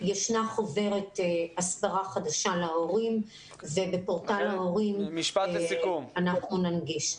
יש חוברת הסברה חדשה להורים ובפורטל להורים אנחנו ננגיש אותה.